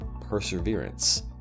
perseverance